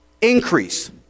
Increase